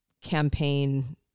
campaign